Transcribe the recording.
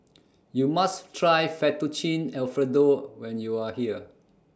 YOU must Try Fettuccine Alfredo when YOU Are here